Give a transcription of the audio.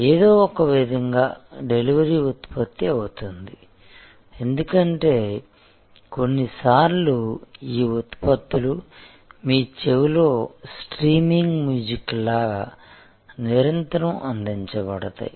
ఏదో ఒక విధంగా డెలివరీ ఉత్పత్తి అవుతుంది ఎందుకంటే కొన్నిసార్లు ఈ ఉత్పత్తులు మీ చెవిలో స్ట్రీమింగ్ మ్యూజిక్ లాగా నిరంతరం అందించబడతాయి